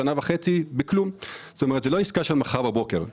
זאת לא עסקה של מחר בבוקר.